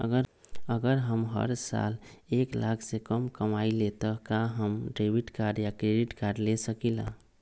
अगर हम हर साल एक लाख से कम कमावईले त का हम डेबिट कार्ड या क्रेडिट कार्ड ले सकीला?